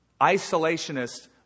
isolationist